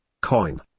coin